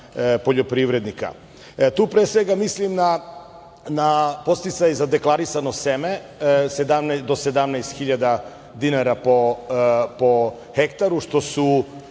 poljoprivrednika. Tu pre svega mislim na podsticaj za deklarisano seme, do 17 hiljada dinara po hektaru, što